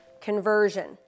conversion